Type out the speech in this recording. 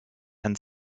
and